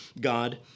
God